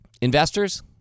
Investors